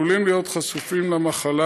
ועלולים להיות חשופים למחלה.